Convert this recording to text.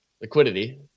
liquidity